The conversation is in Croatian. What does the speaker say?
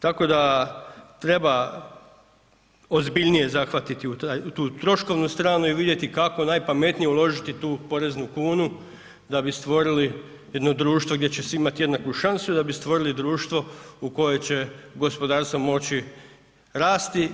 Tako da treba ozbiljnije zahvatiti u tu troškovnu stranu i vidjeti kako najpametnije uložiti tu poreznu kunu da bi stvorili jedno društvo gdje će imati svi jednaku šansu i da bi stvorili društvo u kojem će gospodarstvo moći rasti.